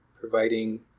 Providing